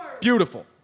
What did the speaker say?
Beautiful